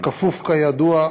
הכפוף, כידוע,